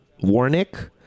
Warnick